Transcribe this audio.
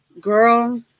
Girl